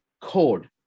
code